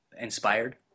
inspired